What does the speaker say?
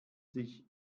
sich